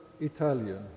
Italian